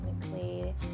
technically